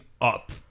up